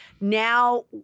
now